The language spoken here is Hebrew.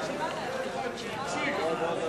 בממשלה לא נתקבלה.